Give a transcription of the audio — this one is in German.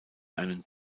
einen